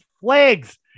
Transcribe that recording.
flags